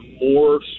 more